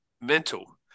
Mental